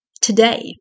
today